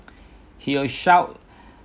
she will shout